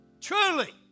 Truly